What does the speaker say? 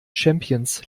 champions